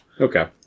Okay